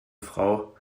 frau